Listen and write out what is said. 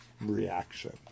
reaction